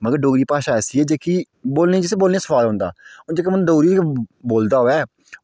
मगर डोगरी भाशा ऐसी ऐ जेह्की बोलने ई जिसी बोलने ई सोआद औंदा ओह् जेह्का बंदा डोगरी बोलदा होऐ